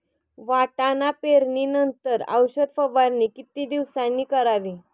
वाटाणा पेरणी नंतर औषध फवारणी किती दिवसांनी करावी?